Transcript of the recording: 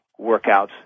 workouts